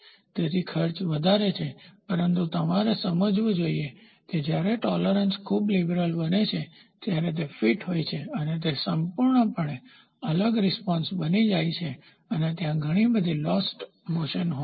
તેથી ખર્ચ વધારે છે પરંતુ તમારે તે સમજવું પણ જોઇએ કે જ્યારે ટોલેરન્સસહનશીલતા ખૂબ લીબરલઉદાર બને છે અને જ્યારે ફીટ હોય છે તો તે એક સંપૂર્ણપણે અલગ રીસ્પોન્સપ્રતિસાદ બની જાય છે અને ત્યાં ઘણી બધી લોસ્ટ મોસનગતિશીલતા હોય છે